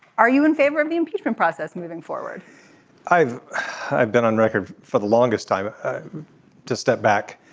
are you in favor of the impeachment process moving forward i've i've been on record for the longest time to step back.